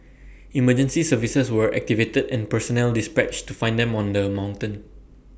emergency services were activated and personnel dispatched to find them on the mountain